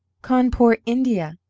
cawnpore, india.